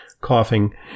coughing